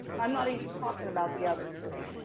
i'm not even talking about the other three.